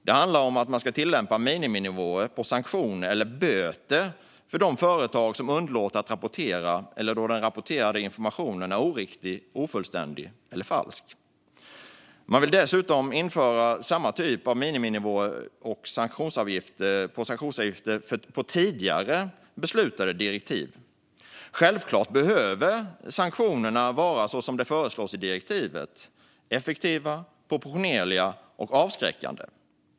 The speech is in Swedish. Det handlar om att man ska tillämpa miniminivåer för sanktioner eller "böter" för de företag som underlåter att rapportera eller då den rapporterade informationen är oriktig, ofullständig eller falsk. Man vill dessutom införa samma typ av miniminivåer för sanktionsavgifter när det gäller tidigare beslutade direktiv. Självfallet behöver sanktionerna vara så som det föreslås i direktivet, nämligen effektiva, proportionerliga och avskräckande.